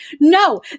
no